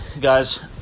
guys